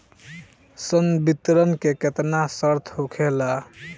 संवितरण के केतना शर्त होखेला?